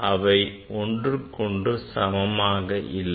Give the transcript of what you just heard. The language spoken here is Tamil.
அவை ஒன்றுக்கொன்று சமமாக இல்லை